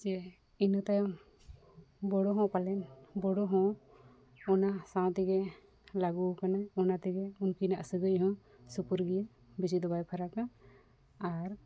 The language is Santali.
ᱡᱮ ᱤᱱᱟᱹ ᱛᱟᱭᱚᱢ ᱵᱳᱰᱳ ᱦᱚᱸ ᱯᱟᱞᱮᱱ ᱵᱳᱰᱳ ᱦᱚᱸ ᱚᱱᱟ ᱥᱟᱶ ᱛᱮᱜᱮ ᱞᱟᱹᱜᱩ ᱟᱠᱟᱱᱟ ᱚᱱᱟᱛᱮᱜᱮ ᱩᱱᱠᱤᱱᱟᱜ ᱥᱟᱹᱜᱟᱹᱭ ᱦᱚᱸ ᱥᱩᱯᱩᱨ ᱜᱮᱭᱟ ᱵᱮᱥᱤ ᱫᱚ ᱵᱟᱭ ᱯᱷᱟᱨᱟᱠᱟ ᱟᱨ